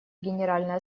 генеральная